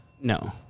No